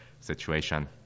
situation